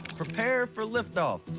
prepare for liftoff.